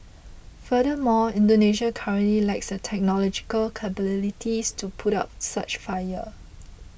furthermore Indonesia currently lacks the technological capabilities to put out such fires